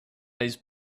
those